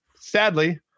sadly